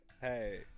Hey